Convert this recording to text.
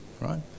right